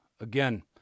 Again